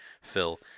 Phil